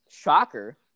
shocker